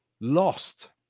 lost